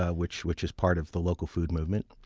ah which which is part of the local food movement,